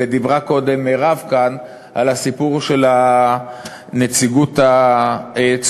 ודיברה קודם מרב כאן על הסיפור של הנציגות הצולבת.